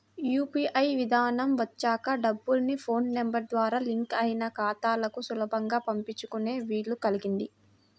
UPI విధానం వచ్చాక డబ్బుల్ని ఫోన్ నెంబర్ ద్వారా లింక్ అయిన ఖాతాలకు సులభంగా పంపించుకునే వీలు కల్గింది